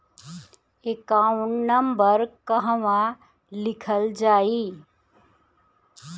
Account number कहवा लिखल जाइ?